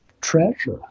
treasure